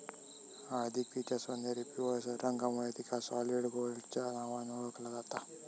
हळदीक तिच्या सोनेरी पिवळसर रंगामुळे तिका सॉलिड गोल्डच्या नावान ओळखला जाता